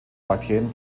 bakterien